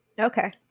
Okay